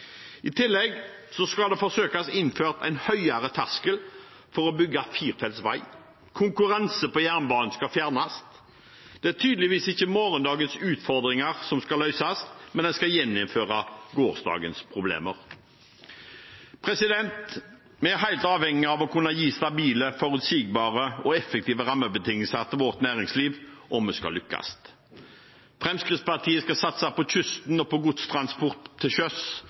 I tillegg skal det forsøkes innført en høyere terskel for å bygge firefeltsvei, og konkurranse på jernbane skal fjernes. Det er tydeligvis ikke morgendagens utfordringer som skal løses, men en skal gjeninnføre gårsdagens problemer. Vi er helt avhengig av å kunne gi stabile, forutsigbare og effektive rammebetingelser til vårt næringsliv om vi skal lykkes. Fremskrittspartiet skal satse på kysten og på godstransport til sjøs,